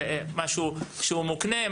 זה משהו שהוא מוקנה,